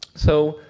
so,